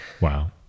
Wow